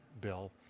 bill